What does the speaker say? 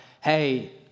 Hey